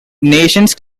nations